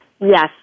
Yes